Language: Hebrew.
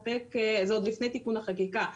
זה עוד לפני תיקון החקיקה,